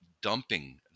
dumping